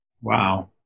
Wow